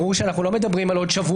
ברור שאנחנו לא מדברים על עוד שבועות,